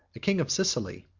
a king of sicily,